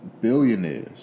billionaires